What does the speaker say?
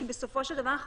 כי בסופו של דבר,